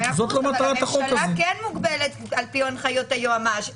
אבל הממשלה כן מוגבלת לפי הנחיות היועמ"ש.